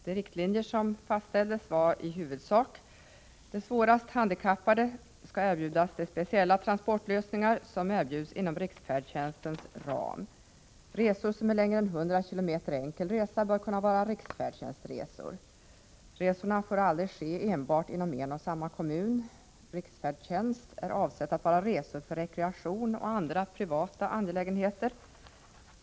De riktlinjer som fastställdes var i huvudsak: De svårast handikappade skall erbjudas de speciella transportlösningar som föreligger inom riksfärdtjänstens ram. Resor som är längre än 100 km enkel resa bör kunna vara riksfärdtjänstresor. Resorna får aldrig ske enbart inom en och samma kommun. Riksfärdtjänst är avsedd att vara resor för rekreation och andra privata angelägenheter.